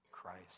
Christ